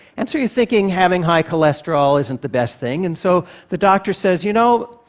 and so you're thinking having high cholesterol isn't the best thing, and so the doctor says, you know,